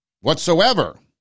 whatsoever